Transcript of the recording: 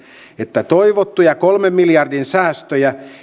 että toivottuja kolmen miljardin säästöjä